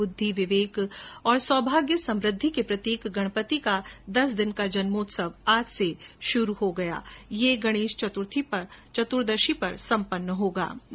बुद्धि विवेक और सौभाग्य समृद्धि के प्रतीक गणपति का दस दिन का जन्मोत्सव आज से शुरु होकर गणेश चतुर्दशी पर सम्पन्न होता है